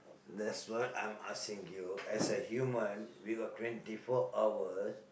that's what I'm asking you as a human we got twenty four hours